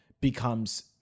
becomes